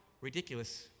ridiculous